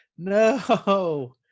No